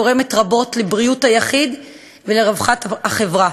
תורמת רבות לבריאות היחיד ולרווחת החברה.